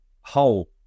whole